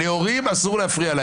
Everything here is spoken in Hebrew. לנאורים אסור להפריע.